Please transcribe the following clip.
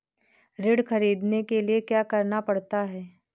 ऋण ख़रीदने के लिए क्या करना पड़ता है?